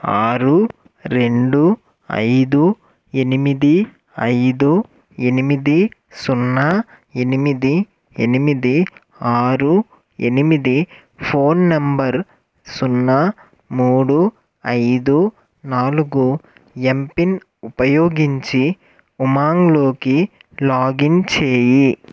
ఆరు రెండు ఐదు ఏమినిది ఐదు ఎనిమిది సున్నా ఎనిమిది ఎనిమిది ఆరు ఎనిమిది ఫోన్ నంబర్ సున్నా మూడు ఐదు నాలుగు ఎంపిన్ ఉపయోగించి ఉమాంగ్లోకి లాగిన్ చేయి